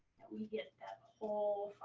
we get that whole